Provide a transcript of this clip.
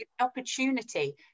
opportunity